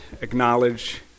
acknowledge